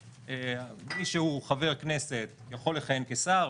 שמי שהוא חבר כנסת יכול לכהן כשר,